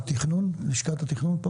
לשכת התיכנון?